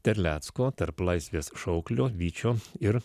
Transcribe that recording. terlecko tarp laisvės šauklio vyčio ir